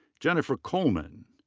jennifer coleman.